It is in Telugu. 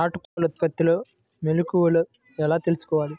నాటుకోళ్ల ఉత్పత్తిలో మెలుకువలు ఎలా తెలుసుకోవాలి?